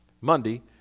Monday